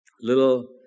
little